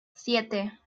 siete